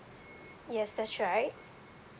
yes that's right